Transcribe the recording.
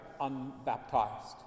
unbaptized